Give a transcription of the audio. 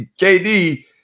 KD